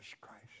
Christ